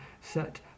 Set